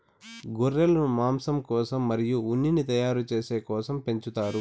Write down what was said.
గొర్రెలను మాంసం కోసం మరియు ఉన్నిని తయారు చేసే కోసం పెంచుతారు